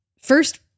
first